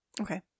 Okay